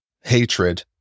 hatred